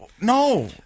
no